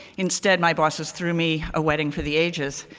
instead, my bosses threw me a wedding for the ages.